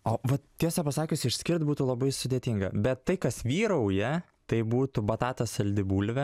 o vat tiesą pasakius išskirt būtų labai sudėtinga bet tai kas vyrauja tai būtų batata saldi bulvė